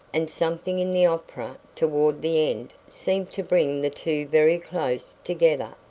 and something in the opera toward the end seemed to bring the two very close together.